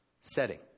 setting